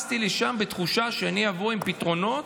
טסתי לשם בתחושה שאני אבוא עם פתרונות,